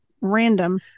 random